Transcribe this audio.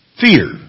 Fear